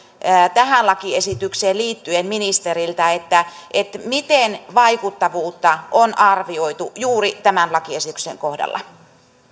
tähän lakiesitykseen liittyen ministeriltä miten vaikuttavuutta on arvioitu juuri tämän lakiesityksen kohdalla